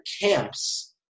camps